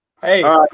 Hey